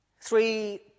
three